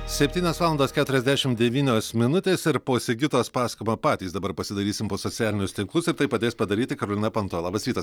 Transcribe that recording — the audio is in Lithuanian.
septynios valandos keturiasdešimt devynios minutės ir po sigitos pasakojimo patys dabar pasidairysim po socialinius tinklus ir tai padės padaryti karolina panto labas rytas